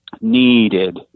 needed